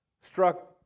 struck